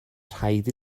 rhaid